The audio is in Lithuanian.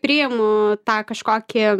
priimu tą kažkokį